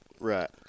Right